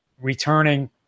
returning